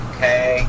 Okay